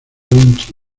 vinci